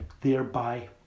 thereby